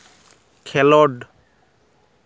ᱠᱷᱮᱞᱚᱸᱰ